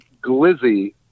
glizzy